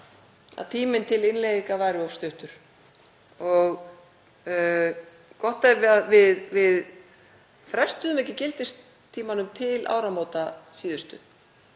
að tíminn til innleiðingar væri of stuttur og gott ef við frestuðum ekki gildistímanum til áramóta síðustu.